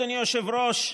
אדוני היושב-ראש,